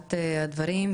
בתחילת הדברים,